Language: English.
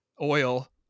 oil